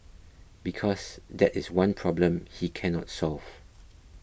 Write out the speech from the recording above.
because that is one problem he cannot solve